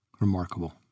Remarkable